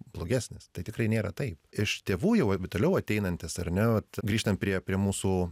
blogesnis tai tikrai nėra taip iš tėvų jau toliau ateinantys ar ne grįžtant prie prie mūsų